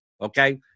Okay